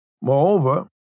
Moreover